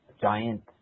giant